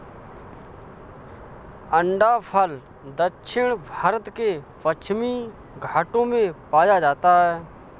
अंडाफल दक्षिण भारत के पश्चिमी घाटों में पाया जाता है